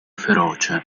feroce